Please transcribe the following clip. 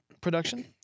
production